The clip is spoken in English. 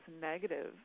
negative